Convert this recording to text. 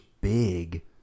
big